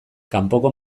kanpoko